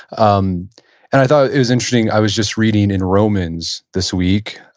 um and i thought it was interesting, i was just reading in romans this week,